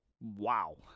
wow